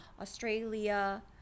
Australia